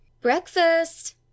Breakfast